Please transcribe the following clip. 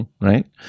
right